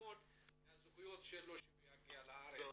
וללמוד על הזכויות שלו כשהוא יגיע לארץ.